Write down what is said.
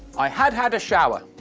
i had had a shower.